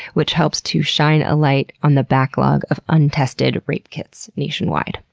which helps to shine a light on the backlog of untested rape kits nationwide.